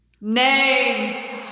Name